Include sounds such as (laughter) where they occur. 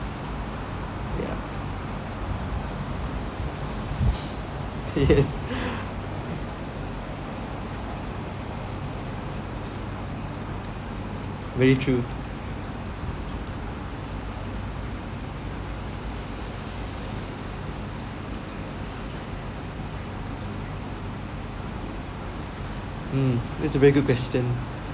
ya yes (laughs) very true mm that's a very good question